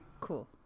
Cool